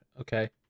Okay